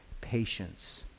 patience